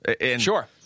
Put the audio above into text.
Sure